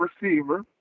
receiver